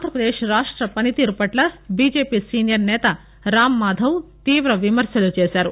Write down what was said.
ఆంధ్రప్రదేశ్ రాష్ట్ర పనితీరు పట్ల బీజేపీ సీనియర్ నేత రాంమాధవ్ తీవ విమర్శలు చేశారు